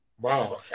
Wow